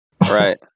Right